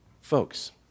Folks